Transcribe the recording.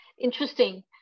Interesting